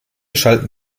schalten